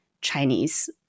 Chinese